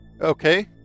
Okay